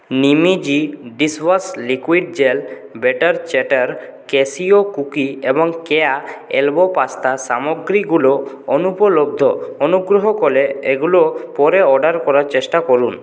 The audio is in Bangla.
Nimeasy dishwash liquid gel butter chatter cashew cookie এবং কেয়া এলবো পাস্তা সামগ্রীগুলো অনুপলব্ধ অনুগ্রহ করে এগুলো পরে অর্ডার করার চেষ্টা করুন